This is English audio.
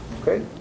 okay